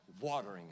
watering